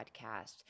podcast